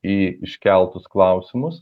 į iškeltus klausimus